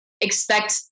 expect